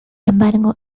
embargo